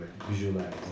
visualize